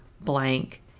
blank